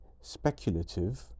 speculative